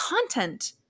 content